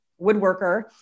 woodworker